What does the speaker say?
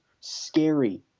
scary